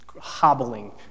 hobbling